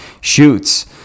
shoots